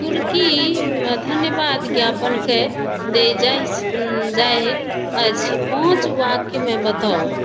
तुर्की मे धन्यवाद ज्ञापन के दल जाइत अछि पाॅंच वाक्य मे बताउ